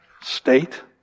state